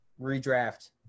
redraft